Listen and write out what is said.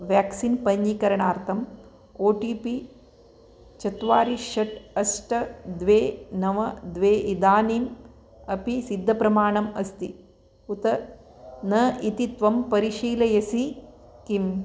vaccine पञ्चीकरणार्थम् OTP चत्वारि षट् अष्ट द्वे नव द्वे इदानीम् अपि सिध्दप्रमाणं अस्ति उत न इति त्वं परिशीलयसि किम्